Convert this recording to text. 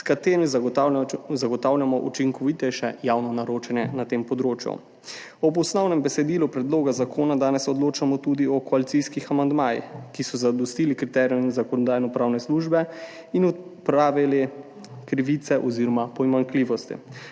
s katerim zagotavljamo učinkovitejše javno naročanje na tem področju. Ob osnovnem besedilu predloga zakona danes odločamo tudi o koalicijskih amandmajih, ki so zadostili kriterijem Zakonodajno-pravne službe in odpravili krivice oziroma pomanjkljivosti.